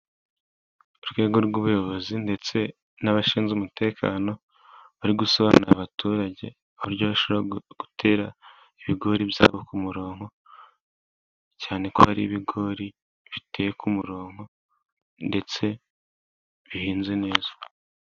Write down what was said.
Urwego rw'ubuyobozi ndetse n'abashinzwe umutekano bari gusobanurira abaturage uburyo bashobora gutera ibigori byabo ku murongo, cyane ko hari ibigori biteye ku murongo ndetse bihinze neza.